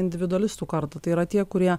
individualistų kartą tai yra tie kurie